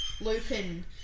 Lupin